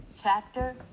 Chapter